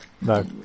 No